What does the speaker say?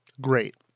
Great